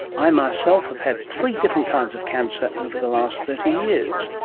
i myself have had three different kinds of cancer over the last thirty years.